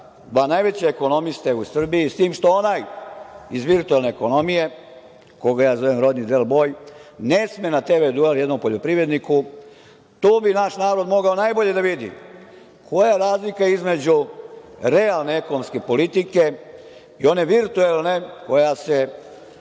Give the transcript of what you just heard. dva najveća ekonomista u Srbiji, s tim što onaj iz virtualne ekonomije, koga ja zovem Rodni Del Boj, ne sme na TV duel jednom poljoprivredniku. Tu bi naš narod mogao najbolje da vidi koja je razlika između realne ekonomske politike i one virtuelne koja se